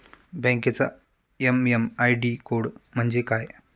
बँकेचा MMID code म्हणजे काय?